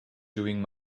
doing